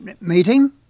meeting